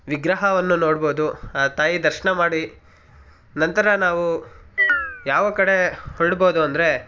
ವಿಗ್ರಹವನ್ನು ನೋಡ್ಬೋದು ಆ ತಾಯಿ ದರ್ಶನ ಮಾಡಿ ನಂತರ ನಾವು ಯಾವ ಕಡೆ ಹೊರಡ್ಬೋದು ಅಂದರೆ